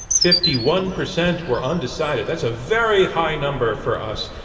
fifty one percent were undecided. that's a very high number for us.